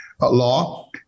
law